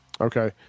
okay